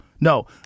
No